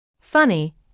Funny